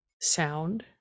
sound